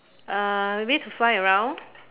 uh maybe to fly around